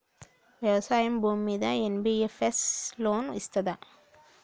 వ్యవసాయం భూమ్మీద NBFS loan ఇస్తదా?